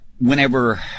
whenever